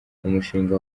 umushinga